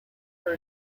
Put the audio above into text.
for